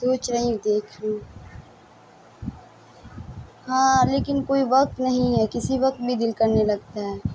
سوچ رہی ہوں دیکھ لوں ہاں لیکن کوئی وقت نہیں ہے کسی وقت بھی دل کرنے لگتا ہے